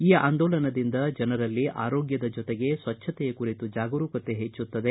ಈ ಆಂದೋಲನದಿಂದ ಜನರಲ್ಲಿ ಆರೋಗ್ಯದ ಜೊತೆಗೆ ಸ್ವಚ್ಯತೆಯ ಕುರಿತು ಜಾಗರೂಕತೆ ಹೆಚ್ಚುತ್ತಿದೆ